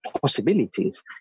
possibilities